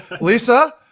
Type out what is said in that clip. Lisa